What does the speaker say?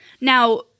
Now